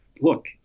look